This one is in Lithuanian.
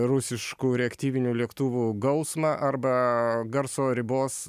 rusiškų reaktyvinių lėktuvų gausmą arba garso ribos